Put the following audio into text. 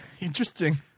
Interesting